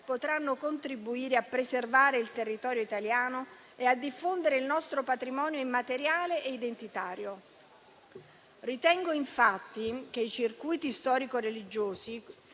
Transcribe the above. potranno contribuire a preservare il territorio italiano e a diffondere il nostro patrimonio immateriale e identitario. Ritengo infatti che i circuiti storico-religiosi,